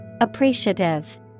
Appreciative